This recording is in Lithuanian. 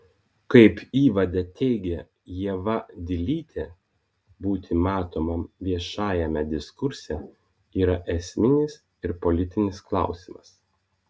kaip įvade teigia ieva dilytė būti matomam viešajame diskurse yra esminis ir politinis klausimas